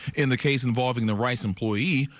in the case involving the rice employee,